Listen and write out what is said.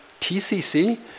TCC